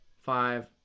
five